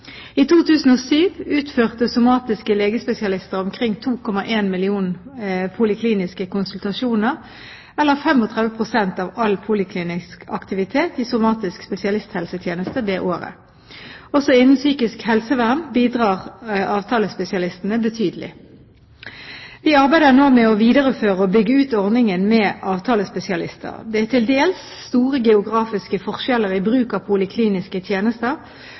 I 2007 utførte somatiske legespesialister omkring 2,1 millioner polikliniske konsultasjoner – eller 35 pst. av all poliklinisk aktivitet i somatisk spesialisthelsetjeneste det året. Også innen psykisk helsevern bidrar avtalespesialistene betydelig. Vi arbeider nå med å videreføre og bygge ut ordningen med avtalespesialister. Det er til dels store geografiske forskjeller i bruk av polikliniske tjenester,